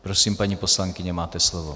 Prosím, paní poslankyně, máte slovo.